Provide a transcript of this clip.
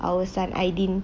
our son aydin